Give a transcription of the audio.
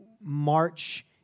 march